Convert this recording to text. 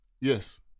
yes